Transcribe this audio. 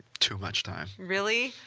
too much time. really?